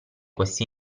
questi